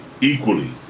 equally